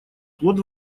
плод